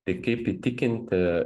tai kaip įtikinti